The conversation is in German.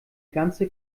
ganze